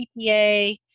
CPA